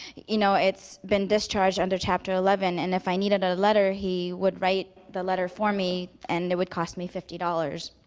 you know, it's been discharged under chapter eleven, and if i needed a letter, he would write the letter for me, and it would cost me fifty dollars.